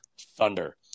Thunder